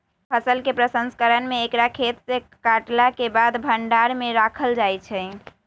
फसल के प्रसंस्करण में एकरा खेतसे काटलाके बाद भण्डार में राखल जाइ छइ